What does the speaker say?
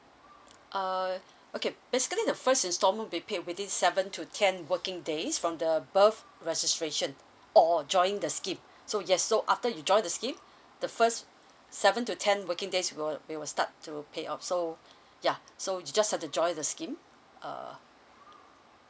uh okay basically the first instalment be paid within seven to ten working days from the above registration or join the scheme so yes so after you join the scheme the first seven to ten working days we'll we will start to pay off so yeah so you just have to join the scheme uh